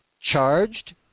charged